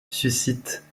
suscite